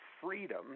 freedom